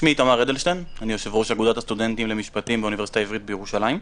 אני יושב-ראש אגודת הסטודנטים למשפטים באוניברסיטה העברית בירושלים.